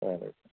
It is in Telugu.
సరే